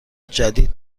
جدید